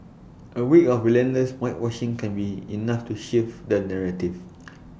A week of relentless whitewashing can be enough to shift the narrative